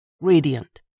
radiant